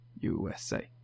USA